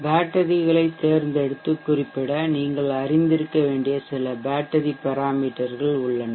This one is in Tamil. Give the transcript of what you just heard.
பேட்டரிகளைத் தேர்ந்தெடுத்து குறிப்பிட நீங்கள் அறிந்திருக்க வேண்டிய சில பேட்டரி பெராமீட்டர்கள் அளவுருக்கள் உள்ளன